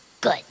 Good